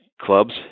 clubs